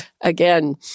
again